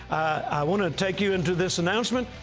i want to take you into this announcement.